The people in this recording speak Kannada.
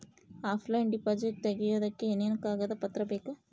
ಆಫ್ಲೈನ್ ಡಿಪಾಸಿಟ್ ತೆಗಿಯೋದಕ್ಕೆ ಏನೇನು ಕಾಗದ ಪತ್ರ ಬೇಕು?